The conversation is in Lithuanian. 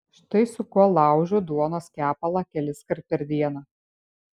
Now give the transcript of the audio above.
štai su kuo laužiu duonos kepalą keliskart per dieną